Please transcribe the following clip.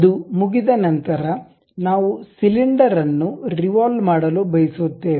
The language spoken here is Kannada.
ಅದು ಮುಗಿದ ನಂತರ ನಾವು ಸಿಲಿಂಡರ್ ಅನ್ನು ರಿವಾಲ್ವ್ ಮಾಡಲು ಬಯಸುತ್ತೇವೆ